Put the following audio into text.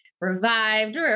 revived